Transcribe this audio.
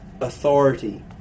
authority